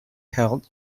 held